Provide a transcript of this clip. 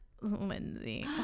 Lindsay